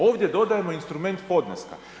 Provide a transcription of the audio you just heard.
Ovdje dodajemo instrument podneska.